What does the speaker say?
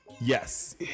Yes